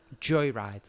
Joyride